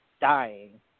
Dying